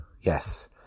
Yes